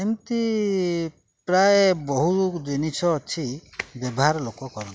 ଏମିତି ପ୍ରାୟ ବହୁ ଜିନିଷ ଅଛି ବ୍ୟବହାର ଲୋକ କରନ୍ତି